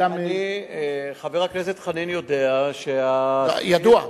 חבר הכנסת חנין יודע, ידוע.